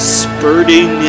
spurting